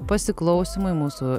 pasiklausymui mūsų